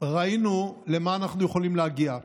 ראינו למה אנחנו יכולים להגיע.